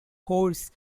horse